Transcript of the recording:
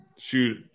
Shoot